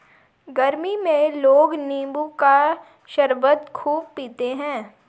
गरमी में लोग नींबू का शरबत खूब पीते है